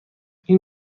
این